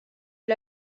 est